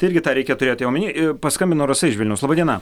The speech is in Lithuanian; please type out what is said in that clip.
tai irgi tą reikia turėti omeny ir paskambino rasa iš vilniaus laba diena